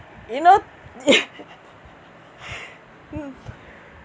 you know